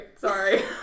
sorry